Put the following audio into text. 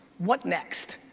what next?